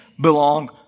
belong